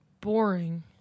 boring